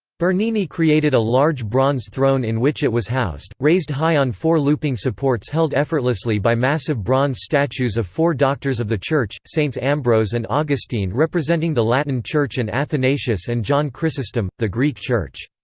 bernini created a large bronze throne in which it was housed raised high on four looping supports held effortlessly by massive bronze statues of four doctors of the church, saints ambrose and augustine representing the latin church and athanasius and john chrysostom, the greek church.